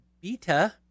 beta